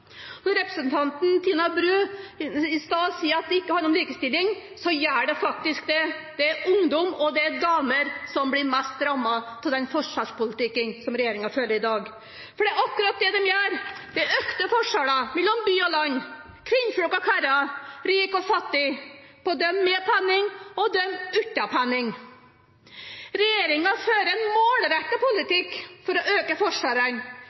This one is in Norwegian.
Når representanten Tina Bru i stad sa at det ikke handler om likestilling, så gjør det faktisk det. Det er ungdom og damer som blir mest rammet av den forskjellspolitikken som regjeringen fører i dag. Det er akkurat det de gjør. Det er økte forskjeller mellom by og land, kvinner og menn, rik og fattig, mellom dem med penning og dem uten penning. Regjeringen fører en målrettet politikk for å øke forskjellene.